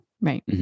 Right